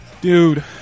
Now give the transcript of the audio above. Dude